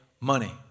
money